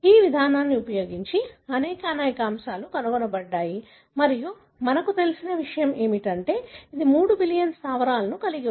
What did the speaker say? ఈ విధానాన్ని ఉపయోగించి అనేక అనేక అంశాలు కనుగొనబడ్డాయి మరియు మనకు తెలిసిన విషయం ఏమిటంటే ఇది 3 బిలియన్ స్థావరాలను కలిగి ఉంది